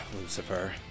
Lucifer